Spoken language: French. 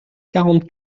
quarante